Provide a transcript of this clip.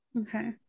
Okay